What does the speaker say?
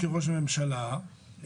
כראש הממשלה,